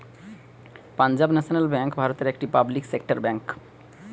Punjab National Bank ভারতের একটি public sector bank